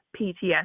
PTSD